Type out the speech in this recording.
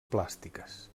plàstiques